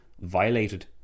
violated